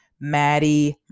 Maddie